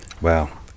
Wow